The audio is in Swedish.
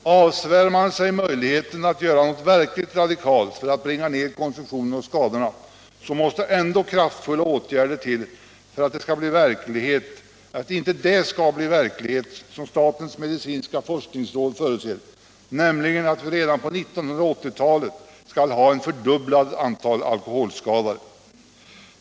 Avsvär man sig möjligheten att göra något verkligt radikalt för att bringa ned konsumtionen och skadorna, måste ändå kraftfulla åtgärder till för att inte det skall bli verklighet, som statens medicinska forskningsråd förutser, nämligen att vi redan på 1980-talet kommer att ha ett fördubblat antal alkoholskadade.